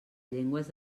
llengües